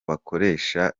bakoresha